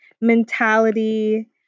mentality